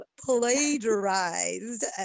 plagiarized